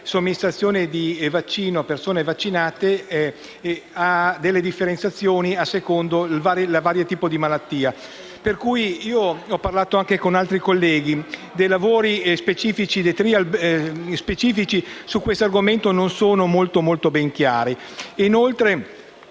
la somministrazione di vaccino a persone vaccinate ha delle differenziazioni a seconda dei vari tipi di malattia. Ho parlato anche con altri colleghi ed i lavori specifici su questo argomento non sono ben chiari.